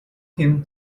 him